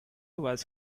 was